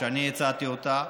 שאני הצעתי אותה,